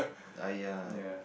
err ya